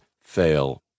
fail